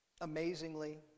amazingly